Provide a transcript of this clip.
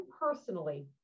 personally